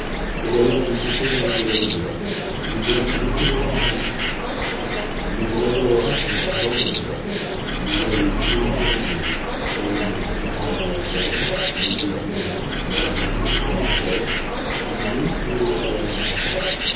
elle a l'air d'une poupée mal coloriée mais elle est d'une économie ravissante mais elle adorera son mari quand même mais elle a le génie anglais elle me tiendra mon hôtel mes écuries ma maison mes terres mieux que ne le ferait un intendant